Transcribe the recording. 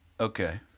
Okay